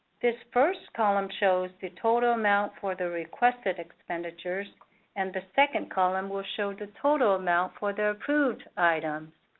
this first column shows the total amount for the requested expenditures and the second column will show the total amount for the approved items.